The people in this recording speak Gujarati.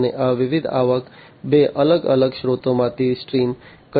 અને આ વિવિધ આવક બે અલગ અલગ સ્ત્રોતોમાંથી સ્ટ્રીમ કરી શકાય છે